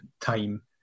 time